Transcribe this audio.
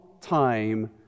time